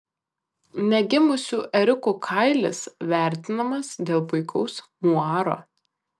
negimusių ėriukų kailis vertinamas dėl puikaus muaro